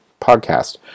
podcast